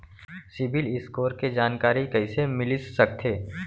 CIBIL score के जानकारी कइसे मिलिस सकथे?